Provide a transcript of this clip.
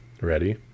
ready